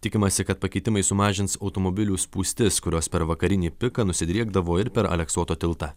tikimasi kad pakeitimai sumažins automobilių spūstis kurios per vakarinį piką nusidriekdavo ir per aleksoto tiltą